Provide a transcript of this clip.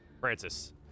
Francis